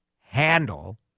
handle